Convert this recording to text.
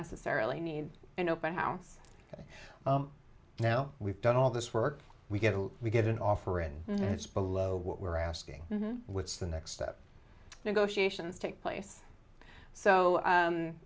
necessarily need an open house now we've done all this work we get we get an offer and it's below what we're asking what's the next step negotiations take place so